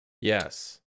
Yes